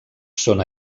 són